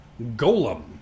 Golem